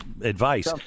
advice